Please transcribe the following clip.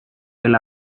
del